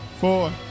four